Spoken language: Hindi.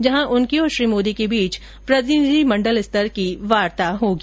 जहां उनके और श्री मोदी के बीच प्रतिनिधि मण्डल स्तर की वार्ता होगी